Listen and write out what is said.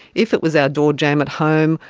if it was our doorjamb at home,